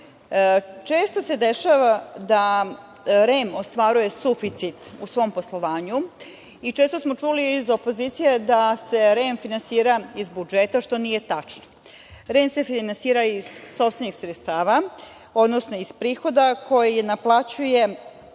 Često se dešava da REM ostvaruje suficit u svom poslovanju i često smo čuli iz opozicije da se REM finansira iz budžeta, što nije tačno. REM se finansira iz sopstvenih sredstava, odnosno iz prihoda koji naplaćuje